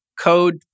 code